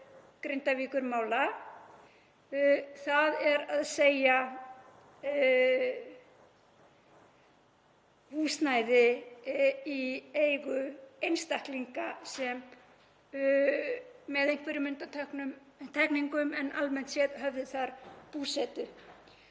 Grindavíkurmála, þ.e. húsnæði í eigu einstaklinga sem með einhverjum undanteknum en almennt séð höfðu þar búsetu.